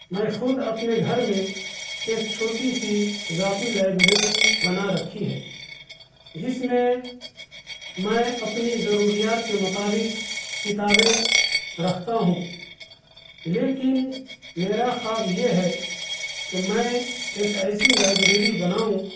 میں خود اپنے گھر میں ایک چھوٹی سی ذاتی لائبریری بنا رکھی ہے جس میں میں اپنی ضروریات کے مطابق کتابیں رکھتا ہوں لیکن میرا خواب یہ ہے کہ میں ایک ایسی لائبریری بناؤں